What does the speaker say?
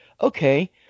okay